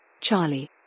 Charlie